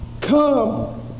come